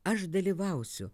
aš dalyvausiu